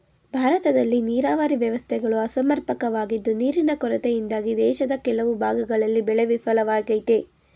ಭಾರತದಲ್ಲಿ ನೀರಾವರಿ ವ್ಯವಸ್ಥೆಗಳು ಅಸಮರ್ಪಕವಾಗಿದ್ದು ನೀರಿನ ಕೊರತೆಯಿಂದಾಗಿ ದೇಶದ ಕೆಲವು ಭಾಗಗಳಲ್ಲಿ ಬೆಳೆ ವಿಫಲವಾಗಯ್ತೆ